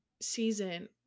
season